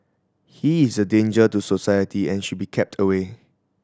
he is a danger to society and should be kept away